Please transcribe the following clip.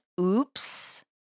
OOPS